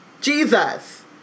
Jesus